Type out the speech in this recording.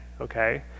okay